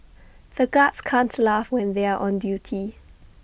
the guards can't laugh when they are on duty